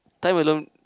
time alone